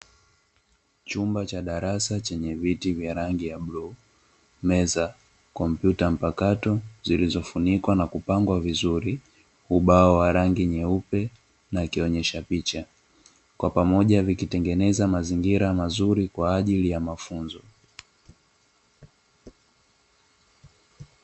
Chumba cha darasa chenye viti vya rangi ya bluu, meza, kompyuta mpakato zilizofunikwa na kupangwa vizuri, ubao wa rangi nyeupe na ikionyesha picha, kwa pamoja vikitengeneza mazingira mazuri kwa ajili ya mafunzo.